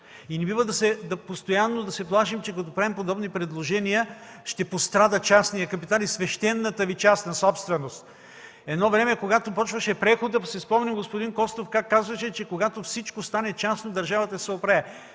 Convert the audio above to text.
Не бива постоянно да се плашим, че като правим подобни предложения, ще пострада частният капитал и свещената Ви частна собственост. Едно време, когато започваше преходът, да си спомним как господин Костов казваше, че когато всичко стане частно, държавата ще се оправи.